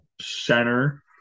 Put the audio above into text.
center